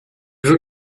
veux